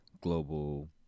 global